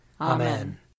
Amen